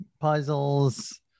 puzzles